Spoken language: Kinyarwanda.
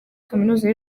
kaminuza